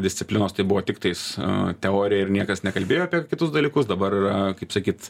disciplinos tai buvo tiktais teorija ir niekas nekalbėjo apie kitus dalykus dabar yra kaip sakyti